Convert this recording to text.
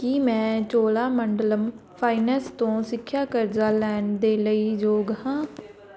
ਕੀ ਮੈਂ ਚੋਲਾਮੰਡਲਮ ਫਾਈਨੈਂਸ ਤੋਂ ਸਿੱਖਿਆ ਕਰਜ਼ਾ ਲੈਣ ਦੇ ਲਈ ਯੋਗ ਹਾਂ